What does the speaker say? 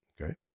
Okay